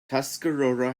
tuscarora